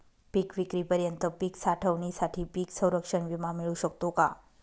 पिकविक्रीपर्यंत पीक साठवणीसाठी पीक संरक्षण विमा मिळू शकतो का?